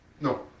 no